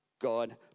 god